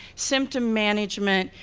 symptom management,